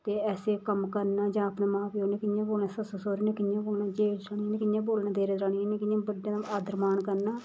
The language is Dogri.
ते ऐसे कम्म करने जां अपने मां प्यो ने कियां बोलना सस्सु सौह्रे ने कियां बोलना जेठ जठानी ने कियां बोलना देर दरानी ने कियां बोलना बड्डें दा आदर मान करना